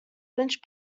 lynch